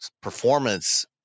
performance